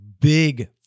big